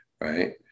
right